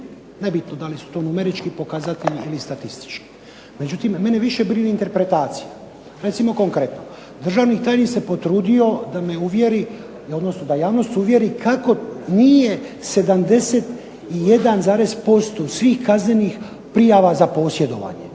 Nebitno da li su to numerički pokazatelji ili statistički. Međutim mene više brine interpretacija. Recimo konkretno državni tajnik se potrudio da javnost uvjeri kako nije 71% svih kaznenih prijava za posjedovanje.